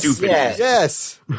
Yes